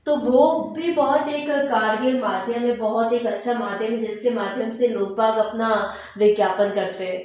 तो वो भी बहुत एक कारगर माध्यम है बहुत एक अच्छा माध्यम है जिसके माध्यम से लोगबाग़ अपना विज्ञापन करते हैं